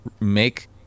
make